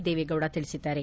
ದೇವೇಗೌಡ ತಿಳಿಸಿದ್ದಾರೆ